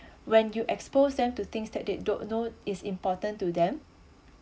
when you expose them to things that they don't know is important to them